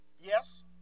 Yes